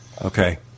Okay